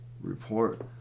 Report